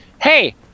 hey